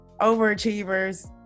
overachievers